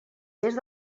est